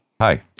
hi